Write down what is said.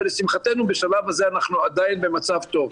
ולשמחתנו בשלב הזה אנחנו עדיין במצב טוב.